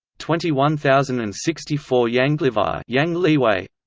twenty one thousand and sixty four yangliwei ah yangliwei